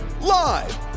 live